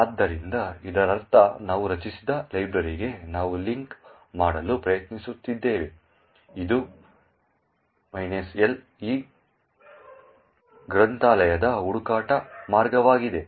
ಆದ್ದರಿಂದ ಇದರರ್ಥ ನಾವು ರಚಿಸಿದ ಲೈಬ್ರರಿಗೆ ನಾವು ಲಿಂಕ್ ಮಾಡಲು ಪ್ರಯತ್ನಿಸುತ್ತಿದ್ದೇವೆ ಇದು L ಈ ಗ್ರಂಥಾಲಯದ ಹುಡುಕಾಟ ಮಾರ್ಗವಾಗಿದೆ